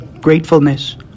gratefulness